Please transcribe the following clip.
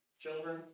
children